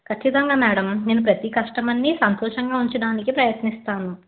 కచ్చితంగా మేడం నేను ప్రతి కస్టమర్ని సంతోషంగా ఉంచడానికి ప్రయత్నిస్తాను